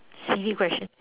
silly question